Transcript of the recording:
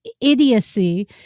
idiocy